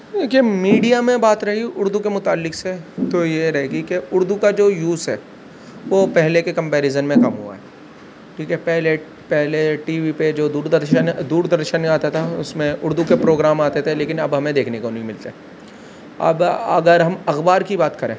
دیکھئے میڈیا میں بات رہی اردو کے متعلق سے تو یہ رہے گی کی اردو کا جو یوز ہے وہ پہلے کے کمپیریزن میں کم ہوا ہے ٹھیک ہے پہلے پہلے ٹی وی پہ جو دور درشن دور درشن آتا تھا اس میں اردو کے پروگرام آتے تھے لیکن اب ہمیں دیکھنے کو نہیں ملتے اب اگر ہم اخبار کی بات کریں